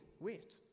wait